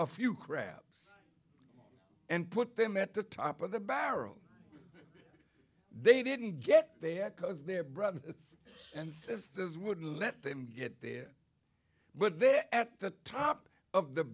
a few crabs and put them at the top of the barrel they didn't get there because their brothers and sisters wouldn't let them get there but they're at the top of the